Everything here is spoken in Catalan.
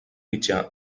mitjà